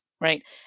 Right